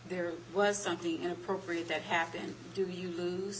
there was something appropriate that happened do you lose